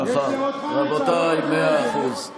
רבותיי, מאה אחוז.